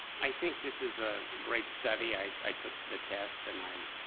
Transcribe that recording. i think this is a great study. i i took the test, and i